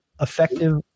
effective